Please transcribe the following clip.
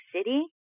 City